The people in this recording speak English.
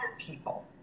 people